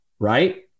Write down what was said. Right